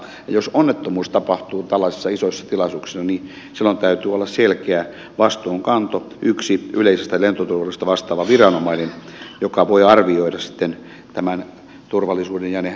jos onnettomuus tapahtuu tällaisissa isoissa tilaisuuksissa niin silloin täytyy olla selkeä vastuunkanto yksi yleisestä lentoturvallisuudesta vastaava viranomainen joka voi arvioida sitten tämän turvallisuuden ja ne vahingot